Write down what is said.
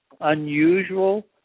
unusual